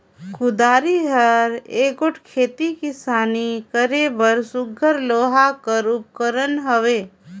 कुदारी हर एगोट खेती किसानी करे बर सुग्घर लोहा कर उपकरन हवे